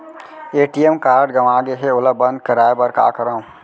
ATM card गंवा गे है ओला बंद कराये बर का करंव?